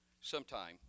sometime